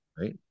Right